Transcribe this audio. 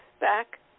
back